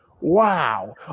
Wow